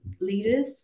leaders